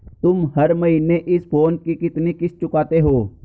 तुम हर महीने इस फोन की कितनी किश्त चुकाते हो?